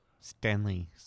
Stanley